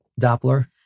Doppler